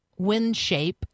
windshape